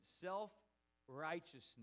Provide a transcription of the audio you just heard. self-righteousness